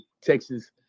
Texas